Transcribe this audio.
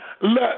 look